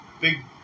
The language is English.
big